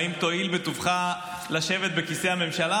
האם תואיל בטובך לשבת בכיסא הממשלה,